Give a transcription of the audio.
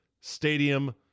stadium